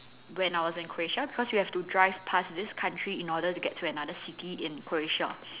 when I was in Croatia cause you have to drive past this country in order to get to another city in Croatia